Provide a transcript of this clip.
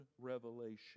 revelation